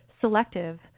selective